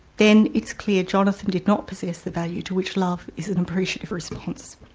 then it's clear jonathan did not possess the value to which love is an appreciative response.